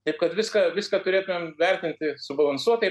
taip kad viską viską turėtumėm kam vertinti subalansuotai